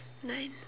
nice